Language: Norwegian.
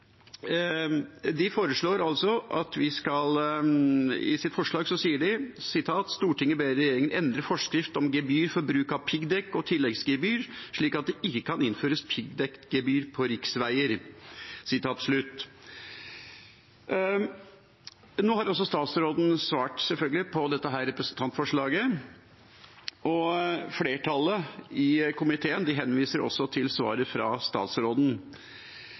I forslaget deres heter det: «Stortinget ber regjeringen endre forskrift om gebyr for bruk av piggdekk og tilleggsgebyr slik at det ikke kan innføres piggdekkgebyr på riksveier.» Statsråden har selvfølgelig gitt sin vurdering av dette representantforslaget, og flertallet i komiteen henviser til svaret fra statsråden.